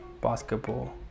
basketball